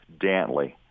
Dantley